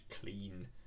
clean